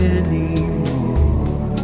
anymore